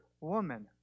Woman